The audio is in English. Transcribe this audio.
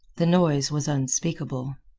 the noise was unspeakable.